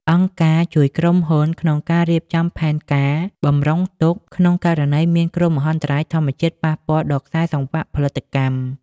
អង្គការជួយក្រុមហ៊ុនក្នុងការរៀបចំផែនការបម្រុងទុក ក្នុងករណីមានគ្រោះមហន្តរាយធម្មជាតិប៉ះពាល់ដល់ខ្សែសង្វាក់ផលិតកម្ម។